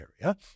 area